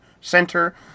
Center